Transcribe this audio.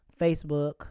facebook